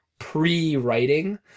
pre-writing